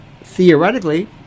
theoretically